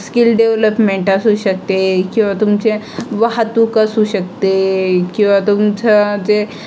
skill development असू शकते किंवा तुमचे वाहतूक असू शकते किंवा तुमच्या जे